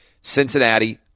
Cincinnati